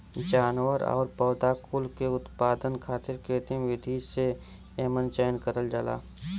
जानवर आउर पौधा कुल के उत्पादन खातिर कृत्रिम विधि से एमन चयन करल जाला